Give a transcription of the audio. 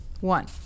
one